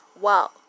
wow